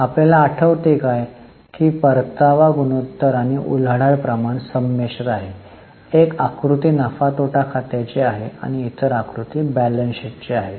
आपल्याला आठवते की परतावा गुणोत्तर आणि उलाढाल प्रमाण संमिश्र आहेत एक आकृती नफा तोटा खाते ची आहे आणि इतर आकृती बॅलन्स शीटची आहे